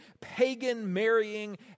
pagan-marrying